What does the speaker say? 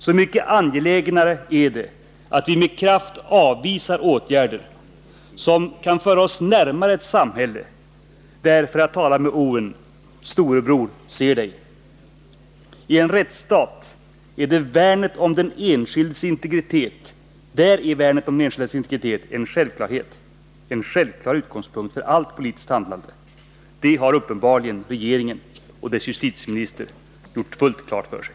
Så mycket angelägnare är det att vi med kraft avvisar åtgärder som kan föra oss närmare ett samhälle där, för att tala med Orwell, ”storebror ser dig”. I en rättstat är värnet om den enskildes integritet en självklar utgångspunkt för allt politiskt handlande. Det har uppenbarligen regeringen och dess justitieminister fullt klart för sig.